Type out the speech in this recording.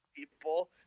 People